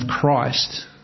Christ